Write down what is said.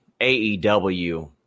AEW